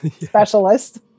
specialist